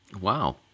Wow